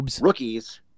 rookies